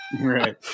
Right